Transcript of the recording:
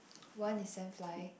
one is sand fly